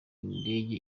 indege